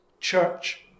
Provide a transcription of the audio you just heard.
Church